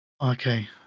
Okay